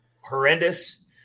horrendous